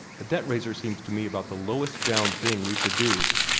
the debt-raiser seems to me about the lowest-down thing we produce.